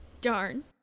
Darn